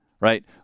Right